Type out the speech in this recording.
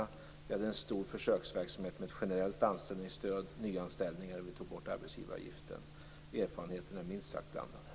Vi genomförde en stor försöksverksamhet med ett generellt anställningsstöd vid nyanställningar och vi tog bort arbetsgivareavgiften. Erfarenheterna är minst sagt blandade.